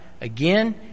Again